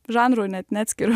žanrų net neatskiriu